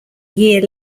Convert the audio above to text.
year